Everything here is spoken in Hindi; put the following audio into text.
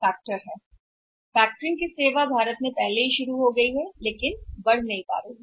फैक्टरिंग सेवा और कारखाने की सेवाएं और फैक्टरिंग सेवाएं भारत में पहले से ही शुरू हो गई हैं वह उठा नहीं है